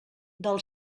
del